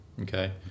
okay